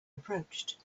approached